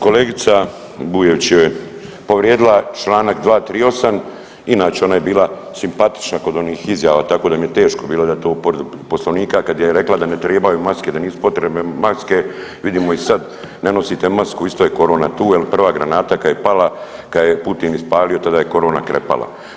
Kolega Bujević je povrijedila čl. 238, inače ona je bila simpatična kod onih izjava tako da mi je teško dati ovu povredu Poslovnika kad je rekla da ne trebaju maske, da nisu potrebne maske, vidimo i sad, ne nosite masku, isto je korona tu jer prva granata kad je pala, kad je Putin ispalio, tada je korona krepala.